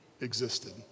existed